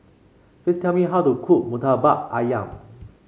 please tell me how to cook murtabak ayam